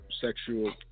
sexual